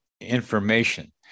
information